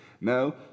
Now